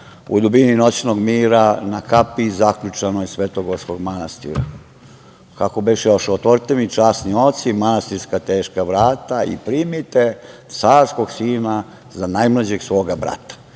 u dubini noćnog mira, na kapiji zaključanoj Svetogorskog manastira. Otvorite mi časni oci manastirska teška vrata i primite carskog sina za najmlađeg svoga